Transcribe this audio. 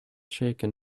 shaken